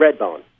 Redbone